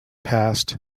passed